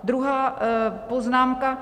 Druhá poznámka.